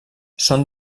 són